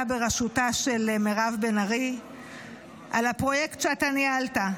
בראשותה של מירב בן ארי על הפרויקט שאתה ניהלת,